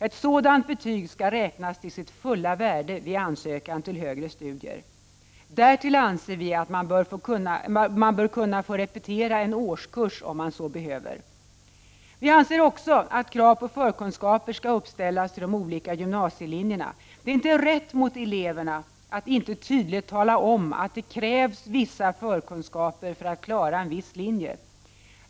Ett sådant betyg skall räknas till sitt fulla värde vid ansökan till högre studier. Därtill anser vi att man bör kunna få repetera en årskurs om man behöver. Vi anser också att krav på förkunskaper skall uppställas till de olika gymnasielinjerna. Det är inte rätt mot eleverna att inte tydligt tala om att det krävs vissa förkunskaper för att klara en viss linje.